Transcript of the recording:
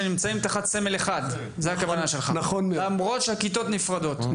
שהם נמצאים תחת סמל אחד למרות שהכיתות נפרדות,